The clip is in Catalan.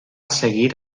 seguir